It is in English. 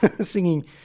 singing